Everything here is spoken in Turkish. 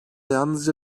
yalnızca